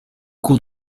cours